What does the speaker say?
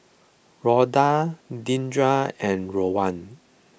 Rhoda Deandra and Rowan